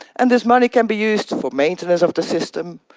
and this money can be used for maintenance of the system,